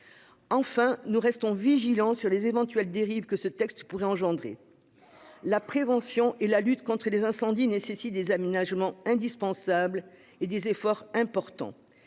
Enfin, nous restons vigilants sur les éventuelles dérives que le texte pourrait engendrer. La prévention et la lutte contre les incendies nécessitent des aménagements indispensables et des efforts importants.